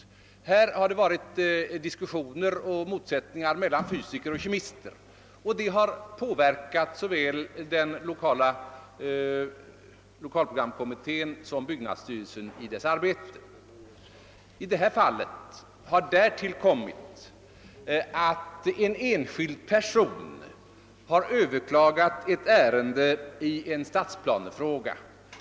Det har i det aktuella fallet förekommit diskussioner och motsättningar mellan fysiker och kemister, och detta har påverkat såväl lokalprogramkommittén som byggnadsstyrelsen i dess arbete. Därtill har kommit att en enskild person har överklagat ett ärende i en stadsplanefråga.